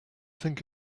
think